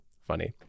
funny